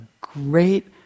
great